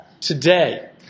Today